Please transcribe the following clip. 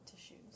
tissues